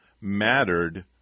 mattered